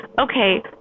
okay